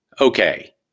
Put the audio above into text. okay